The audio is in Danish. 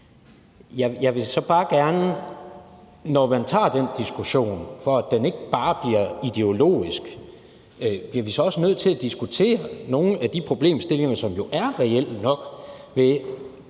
bliver så bare nødt til, når vi tager den diskussion, for at den ikke bare bliver ideologisk, at diskutere nogle af de problemstillinger, som jo er reelle nok, og